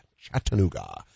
Chattanooga